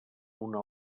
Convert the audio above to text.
una